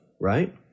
right